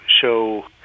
show